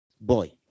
boy